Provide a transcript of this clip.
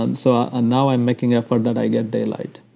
and so ah ah now i'm making effort that i get daylight.